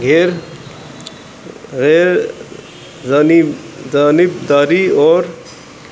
گھییر ریرب جب داری اور